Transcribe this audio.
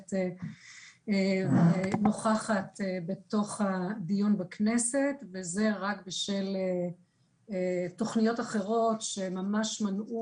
נמצאת ונוכחת בתוך הדיון בכנסת וזה רק בשל תוכניות אחרות שממש מנעו